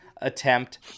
attempt